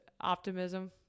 optimism